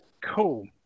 cool